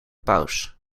paus